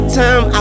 time